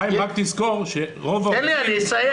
חיים, רק תזכור שרוב --- תן לי לסיים.